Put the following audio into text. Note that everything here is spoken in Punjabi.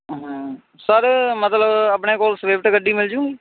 ਸਰ ਮਤਲਬ ਆਪਣੇ ਕੋਲ ਸਵਿਫਟ ਗੱਡੀ ਮਿਲ ਜਾਉਗੀ